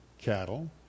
cattle